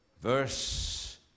verse